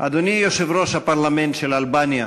אדוני יושב-ראש הפרלמנט של אלבניה,